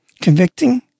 convicting